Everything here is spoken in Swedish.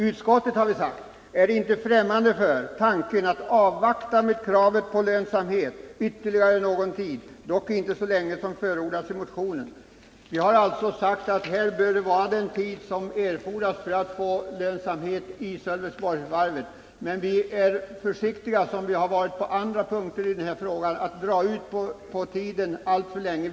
Utskottet är inte främmande för tanken att avvakta med kravet på lönsamhet ytterligare någon tid, dock inte så länge som förordats i motionen. Vi har alltså sagt att det får ta den tid som erfordras att nå lönsamhet i Sölvesborgsvarvet. Men vi är försiktiga — det har vi även varit på andra punkteri den här frågan — med att dra ut på tiden alltför länge.